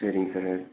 சரிங்க சார்